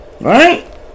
Right